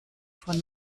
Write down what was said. von